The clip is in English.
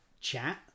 chat